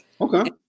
Okay